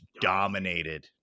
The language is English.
dominated